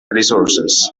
resources